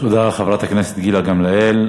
תודה לחברת הכנסת גילה גמליאל.